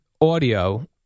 audio